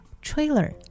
trailer